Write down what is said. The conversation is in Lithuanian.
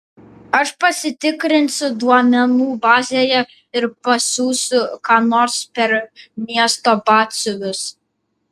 aš pasitikrinsiu duomenų bazėje ir pasiųsiu ką nors per miesto batsiuvius